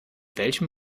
welchem